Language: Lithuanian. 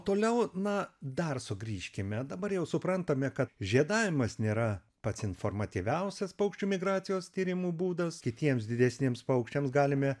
toliau na dar sugrįžkime dabar jau suprantame kad žiedavimas nėra pats informatyviausias paukščių migracijos tyrimų būdas kitiems didesniems paukščiams galime